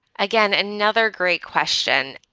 again, another great question.